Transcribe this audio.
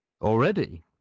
Already